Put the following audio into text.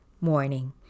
morning